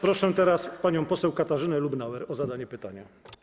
Proszę teraz panią poseł Katarzynę Lubnauer o zadanie pytania.